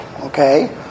Okay